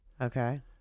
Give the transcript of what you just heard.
Okay